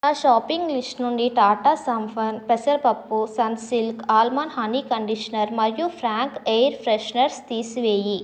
నా shopping list నుండి టాటా సంఫర్న్ పెసరపప్పు సన్సిల్క్ ఆల్మండ్ హనీ కండిషనర్ మరియు ఫ్రాంక్ ఎయిర్ ఫ్రెషనర్ తీసివేయి